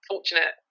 fortunate